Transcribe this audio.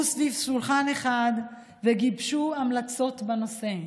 סביב שולחן אחד וגיבשו המלצות בנושא.